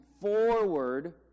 forward